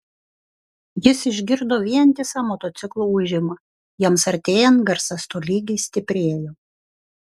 jis išgirdo vientisą motociklų ūžimą jiems artėjant garsas tolygiai stiprėjo